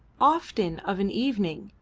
often of an evening,